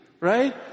right